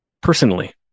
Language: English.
personally